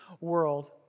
world